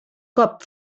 cop